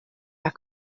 are